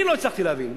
אני לא הצלחתי להבין.